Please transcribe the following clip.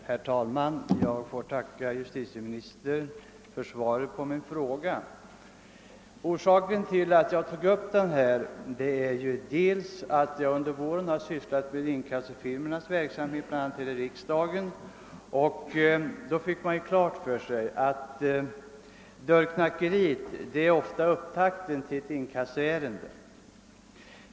Herr talman! Jag får tacka justitieministern för svaret på min fråga. Orsaken till att jag ställde frågan är att jag under våren bl.a. här i riksdagen har sysslat med inkassofirmornas verksamhet och då fått klart för mig att dörrknackeri ofta är upptakten till ett inkassoärende.